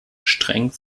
streng